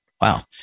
Wow